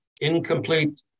incomplete